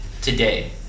today